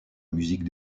musique